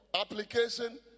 application